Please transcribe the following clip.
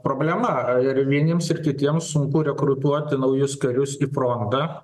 problema ir vieniems ir kitiems sunku rekrutuoti naujus karius į frontą